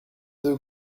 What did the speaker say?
deux